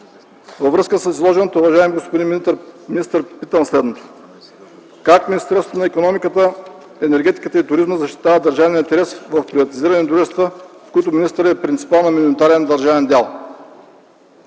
Във връзка с изложеното, уважаеми господин министър, питам следното: как Министерството на икономиката, енергетиката и туризма защитава държавния интерес в приватизирани дружества, в които министърът е принципал на миноритарен държавен дял?